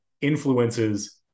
influences